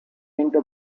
into